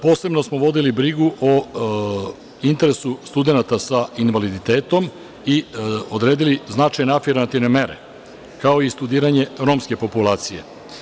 Posebno smo vodili brigu o interesu studenata sa invaliditetom i odredili značajne afirmativne mere, kao i studiranje romske populacije.